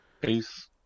Peace